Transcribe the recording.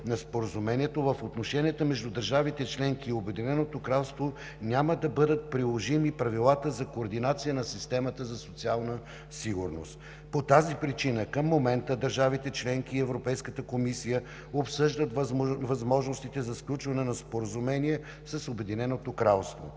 на Споразумението в отношенията между държавите членки и Обединеното кралство няма да бъдат приложими правилата за координация на системата за социална сигурност. По тази причина към момента държавите членки и Европейската комисия обсъждат възможностите за сключване на споразумение с Обединеното кралство.